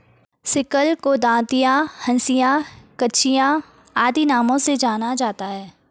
sickle को दँतिया, हँसिया, कचिया आदि नामों से जाना जाता है